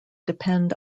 depend